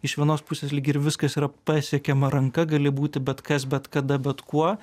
iš vienos pusės lyg ir viskas yra pasiekiama ranka gali būti bet kas bet kada bet kuo